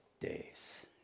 days